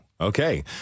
Okay